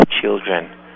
children